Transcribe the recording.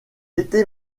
était